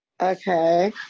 Okay